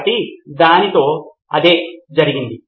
కాబట్టి దానితో అదే జరిగింది